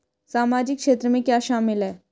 सामाजिक क्षेत्र में क्या शामिल है?